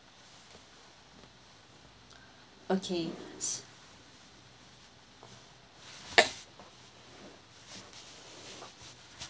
okay